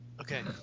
Okay